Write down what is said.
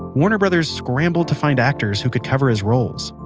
warner brothers scrambled to find actors who could cover his roles.